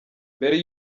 mbere